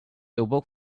awoke